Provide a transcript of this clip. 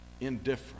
indifferent